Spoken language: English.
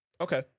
Okay